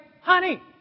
honey